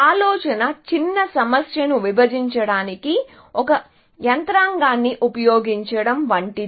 ఆలోచన చిన్న సమస్యను విభజించడానికి ఒక యంత్రాంగాన్ని ఉపయోగించడం వంటిది